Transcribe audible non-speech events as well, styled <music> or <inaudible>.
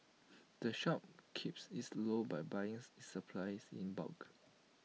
<noise> the shop keeps its low by buying its supplies in bulk